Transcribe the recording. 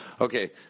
Okay